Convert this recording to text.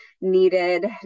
needed